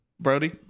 Brody